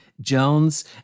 Jones